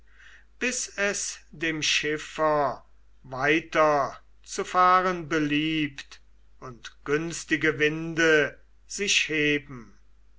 bis es dem schiffer weiter zu fahren beliebt und günstige winde sich heben